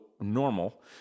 normal